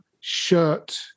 shirt